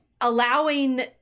allowing